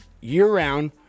year-round